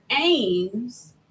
aims